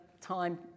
time